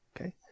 okay